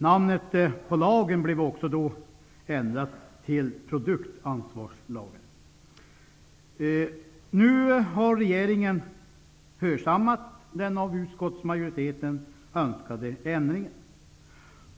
Namnet på lagen blev då också ändrat till produktansvarslagen. Nu har regeringen hörsammat den av utskottsmajoriteten önskade ändringen.